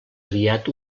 aviat